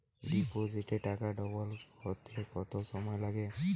ডিপোজিটে টাকা ডবল হতে কত সময় লাগে?